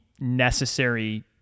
necessary